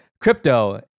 crypto